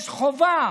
יש חובה,